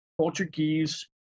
Portuguese